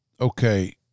Okay